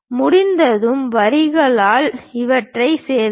முடிந்ததும் வரிகளால் இவற்றில் சேரவும்